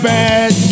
Bad